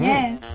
Yes